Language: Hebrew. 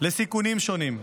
לסיכונים שונים.